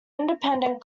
independent